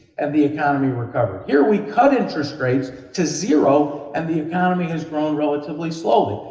and the economy recovered. here we cut interest rates to zero, and the economy has grown relatively slowly.